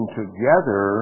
together